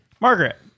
margaret